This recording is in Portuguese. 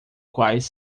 quais